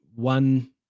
One